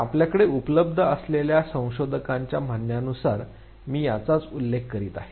तर आपल्याकडे उपलब्ध असलेल्या संशोधकांच्या म्हणण्यानुसार मी याचाच उल्लेख करीत आहे